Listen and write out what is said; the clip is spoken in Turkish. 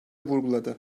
vurguladı